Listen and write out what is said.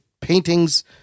paintings